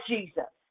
Jesus